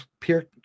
peer